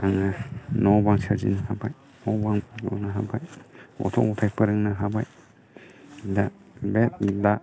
आं न' बां साजायनो हाबाय मावनो हाबाय गथ' गथाय फोरोंनो हाबाय दा बे दा